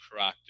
proactive